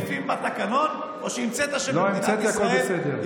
קודם סעיפים בתקנון או, לא המצאתי, הכול בסדר.